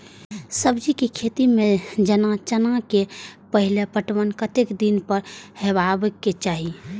सब्जी के खेती में जेना चना के पहिले पटवन कतेक दिन पर हेबाक चाही?